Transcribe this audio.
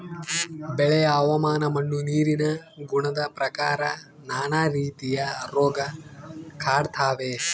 ಬೆಳೆಯ ಹವಾಮಾನ ಮಣ್ಣು ನೀರಿನ ಗುಣದ ಪ್ರಕಾರ ನಾನಾ ರೀತಿಯ ರೋಗ ಕಾಡ್ತಾವೆ